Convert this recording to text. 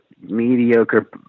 mediocre